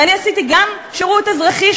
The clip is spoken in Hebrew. ואני עשיתי גם שירות אזרחי,